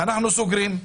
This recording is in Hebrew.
אנחנו סוגרים,